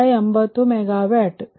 ತಲುಪುತ್ತದೆ